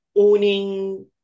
Owning